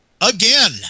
again